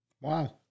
wow